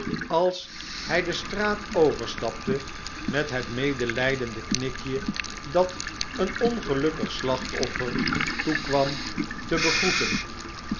als hij de straat overstapte met het medelijdende knikje dat een ongelukkig slachtoffer toekwam te begroeten